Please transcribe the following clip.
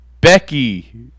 Becky